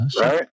Right